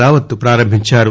రావత్ ప్రారంభించారు